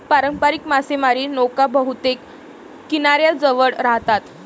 पारंपारिक मासेमारी नौका बहुतेक किनाऱ्याजवळ राहतात